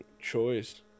choice